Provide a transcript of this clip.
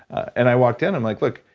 and i walked in, i'm like, look.